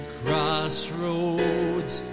crossroads